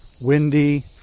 windy